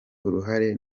uruhare